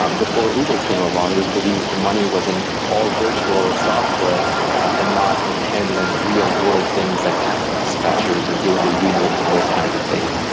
um before uber came along, it was believed that the money was in all virtual and software and not in handling real world things like taxi dispatchers and dealing with unions and those kinds of things.